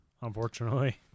unfortunately